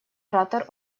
оратор